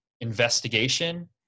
investigation